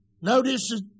Notice